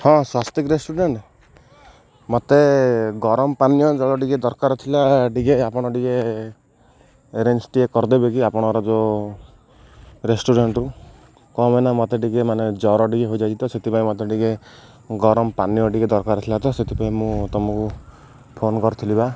ହଁ ସ୍ୱାସ୍ତିିକ ରେଷ୍ଟୁରାଣ୍ଟ୍ ମତେ ଗରମ ପାନୀୟ ଜଳ ଟିକେ ଦରକାର ଥିଲା ଟିକେ ଆପଣ ଟିକେ ଆରେଞ୍ଜ୍ ଟିକେ କରିଦେବେ କି ଆପଣଙ୍କର ଯେଉଁ ରେଷ୍ଟୁରାଣ୍ଟ୍ରୁ କ'ଣ ପାଇଁ ନା ମତେ ଟିକେ ମାନେ ଜ୍ୱର ଟିକେ ହୋଇଯାଇଛି ତ ସେଥିପାଇଁ ମତେ ଟିକେ ଗରମ ପାନୀୟ ଟିକେ ଦରକାର ଥିଲା ତ ସେଥିପାଇଁ ମୁଁ ତମକୁ ଫୋନ୍ କରିଥିଲିବା